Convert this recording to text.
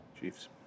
Chiefs